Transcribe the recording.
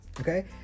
Okay